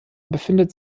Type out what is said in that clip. befindet